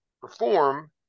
perform